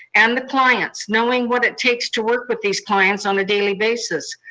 and the clients, knowing what it takes to work with these clients on a daily basis.